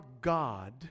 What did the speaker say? God